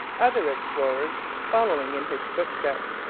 other explorers, following in his footsteps,